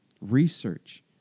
research